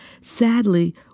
Sadly